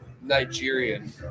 Nigerian